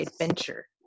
adventure